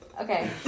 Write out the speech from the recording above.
Okay